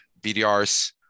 bdrs